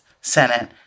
Senate